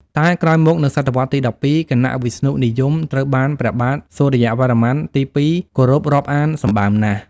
តែក្រោយមក នៅស.វ.ទី១២ គណៈវិស្ណុនិយមត្រូវបានព្រះបាទ សូរ្យវរ្ម័នទី ២ គោរពរាប់អានសម្បើមណាស់។